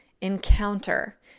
encounter